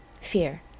Fear